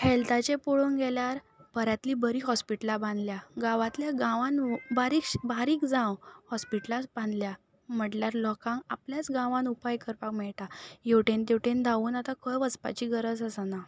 हेल्थाचें पळोवंक गेल्यार बऱ्यांतलीं बरीं हॉस्पिटलां बांदल्या गांवांतल्या गांवान बारीक बारीक जावं हॉस्पिटलां बांदल्या म्हटल्यार लोकांक आपल्याच गांवान उपाय करपाक मेयटा हेवटेन तेवटेन धावून आतां खंय वचपाची गरज आसना